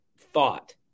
thought